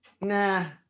Nah